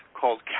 called